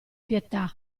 pietà